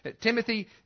Timothy